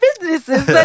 businesses